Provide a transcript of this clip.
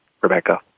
Rebecca